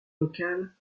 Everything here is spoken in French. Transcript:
locale